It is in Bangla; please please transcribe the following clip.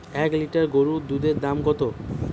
এক লিটার গোরুর দুধের দাম কত?